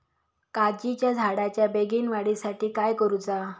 काजीच्या झाडाच्या बेगीन वाढी साठी काय करूचा?